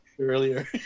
earlier